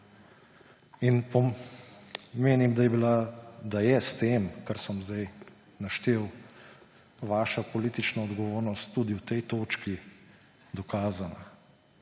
pa podcenjujoč. Menim, da je s tem, kar sem sedaj naštel, vaša politična odgovornost tudi v tej točki dokazana.